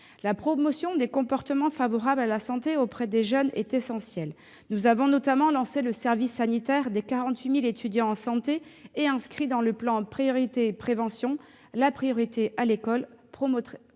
La promotion des comportements favorables à la santé auprès des jeunes est essentielle. Nous avons notamment lancé le service sanitaire des 48 000 étudiants en santé et inscrit l'« école promotrice de santé » dans le